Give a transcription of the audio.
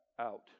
out